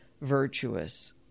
virtuous